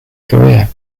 career